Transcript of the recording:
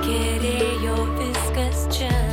kerėjo viskas čia